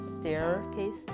staircase